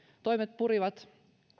toimet purivat